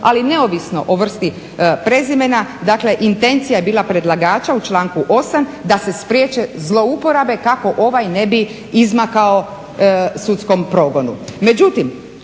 ali neovisno o vrsti prezimena dakle intencija je bila predlagača u članku 8. da se spriječe zlouporabe kako ovaj ne bi izmakao sudskom progonu. Međutim